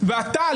לא